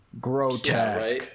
Grotesque